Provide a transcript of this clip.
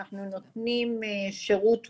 אנחנו נותנים שירות,